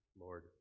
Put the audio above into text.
Lord